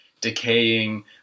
decaying